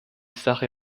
sache